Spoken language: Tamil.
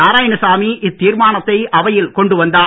நாராயணசாமி இத்தீர்மானத்தை அவையில் கொண்டு வந்தார்